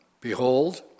Behold